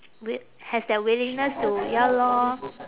w~ has that willingness to ya lor